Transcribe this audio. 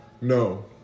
No